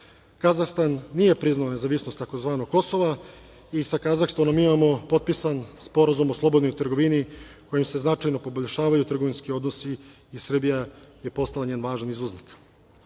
Kazahstan nije priznao nezavisnost tzv. Kosova i sa Kazahstanom imamo potpisan Sporazum o slobodnoj trgovini, kojim se značajno poboljšavaju trgovinski odnosi i Srbija je postala njen važan izvoznik.